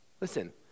Listen